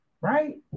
right